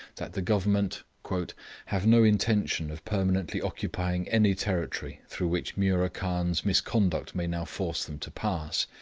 that the government have no intention of permanently occupying any territory through which mura khan's misconduct may now force them to pass,